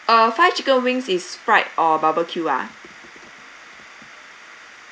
uh five chicken wings is fried or barbecue ah